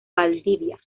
valdivia